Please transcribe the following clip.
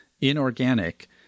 inorganic